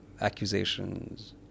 accusations